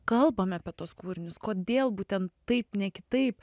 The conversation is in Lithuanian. kalbam apie tuos kūrinius kodėl būtent taip ne kitaip